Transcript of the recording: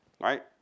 right